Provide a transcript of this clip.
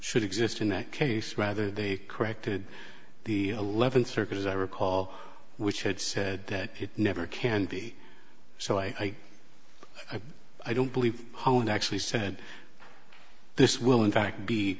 should exist in that case rather they corrected the eleventh circuit as i recall which had said that it never can be so i i don't believe hone actually said this will in fact